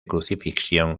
crucifixión